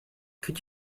could